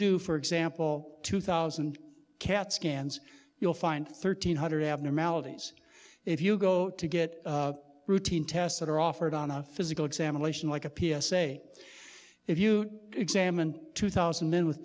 do for example two thousand cat scans you'll find thirteen hundred abnormalities if you go to get routine tests that are offered on a physical examination like a p s a if you examined two thousand men with